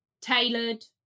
tailored